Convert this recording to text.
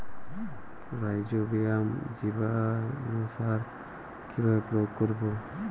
Rhizobium জীবানুসার কিভাবে প্রয়োগ করব?